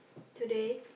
today